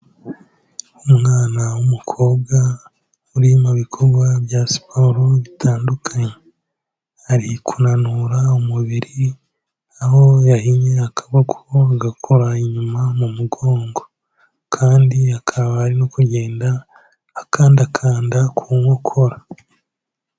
Umwana w'umukobwa uri mu bikorwa bya siporo bitandukanye. Ari kunanura umubiri aho yahinnye akaboko gakora inyuma mu mugongo. Kandi akaba ari no kugenda akandakanda ku nkokora.